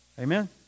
Amen